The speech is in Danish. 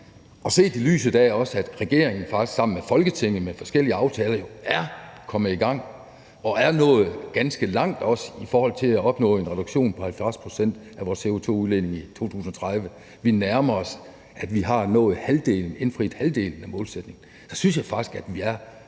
og set i lyset af at regeringen, faktisk sammen med Folketinget, med forskellige aftaler jo er kommet i gang og er nået ganske langt, også i forhold til at opnå en reduktion på 70 pct. af vores CO2-udledning i 2030 – vi nærmer os, at vi har nået halvdelen, altså at vi har indfriet halvdelen af målsætningen – så synes jeg faktisk, at vi er